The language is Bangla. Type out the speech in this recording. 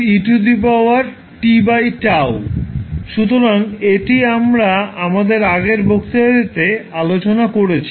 এটি সুতরাং এটি আমরা আমাদের আগের বক্তৃতাটিতে আলোচনা করেছি